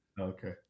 Okay